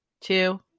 two